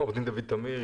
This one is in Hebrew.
עורך דין דוד טמיר,